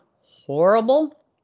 horrible